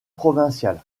provincial